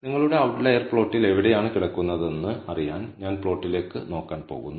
നിങ്ങളുടെ ഔട്ലയർ പ്ലോട്ടിൽ എവിടെയാണ് കിടക്കുന്നതെന്ന് അറിയാൻ ഞാൻ പ്ലോട്ടിലേക്ക് നോക്കാൻ പോകുന്നു